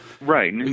Right